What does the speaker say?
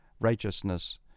righteousness